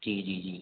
जी जी जी